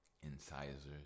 Incisors